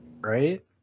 Right